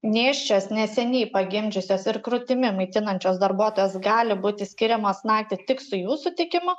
nėščios neseniai pagimdžiusios ir krūtimi maitinančios darbuotojos gali būti skiriamos naktį tik su jų sutikimu